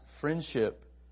friendship